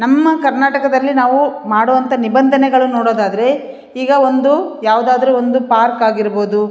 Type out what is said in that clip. ನಮ್ಮ ಕರ್ನಾಟಕದಲ್ಲಿ ನಾವು ಮಾಡುವಂತ ನಿಬಂಧನೆಗಳು ನೋಡೋದಾದರೆ ಈಗ ಒಂದು ಯಾವುದಾದ್ರು ಒಂದು ಪಾರ್ಕ್ ಆಗಿರ್ಬೋದು